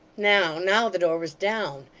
now, now, the door was down.